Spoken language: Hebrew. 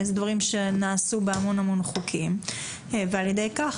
זה דברים שנעשו בהמון חוקים ועל ידי כך